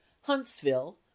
huntsville